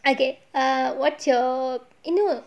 okay err what's your eh no